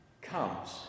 comes